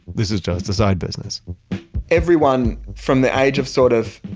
this is just a side business everyone from the age of, sort of,